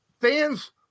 Fans